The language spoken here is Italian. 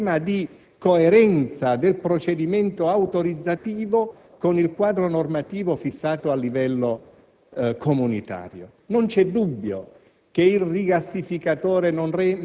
hanno posto un problema di coerenza del procedimento autorizzativo con il quadro normativo fissato a livello comunitario. Non c'è dubbio